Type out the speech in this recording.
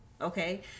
okay